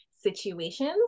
situations